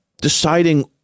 deciding